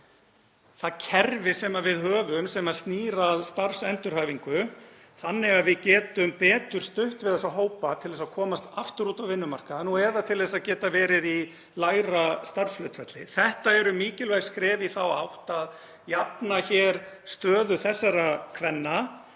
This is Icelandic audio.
það kerfi sem við höfum sem snýr að starfsendurhæfingu þannig að við getum betur stutt við þessa hópa til að komast aftur út á vinnumarkaðinn eða til þess að geta verið í lægra starfshlutfalli. Þetta eru mikilvæg skref í þá átt að jafna stöðu þessara kvenna